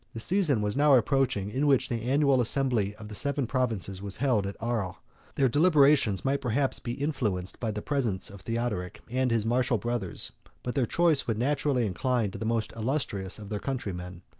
the season was now approaching, in which the annual assembly of the seven provinces was held at arles their deliberations might perhaps be influenced by the presence of theodoric and his martial brothers but their choice would naturally incline to the most illustrious of their countrymen.